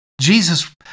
Jesus